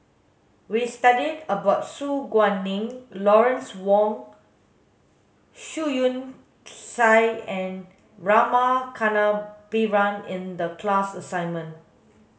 we studied about Su Guaning Lawrence Wong Shyun Tsai and Rama Kannabiran in the class assignment